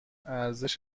ارزش